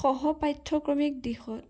সহ পাঠ্যক্ৰমিক দিশত